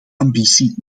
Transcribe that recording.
ambitie